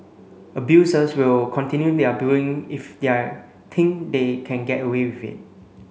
abusers will continue their bullying if they think they can get away with it